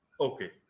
Okay